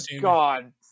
God